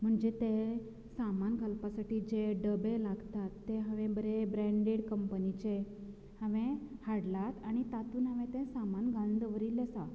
म्हणजे तें सामान घालपा साठी जे डबे लागतात तें हांवे बरें ब्रेंडेड कंपनीचे हांवे हाडलात आनी तातूंत हांवें तें सामान घालून दवरिल्लें आसा